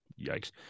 Yikes